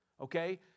Okay